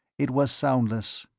it was soundless.